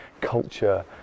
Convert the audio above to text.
culture